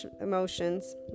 emotions